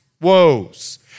woes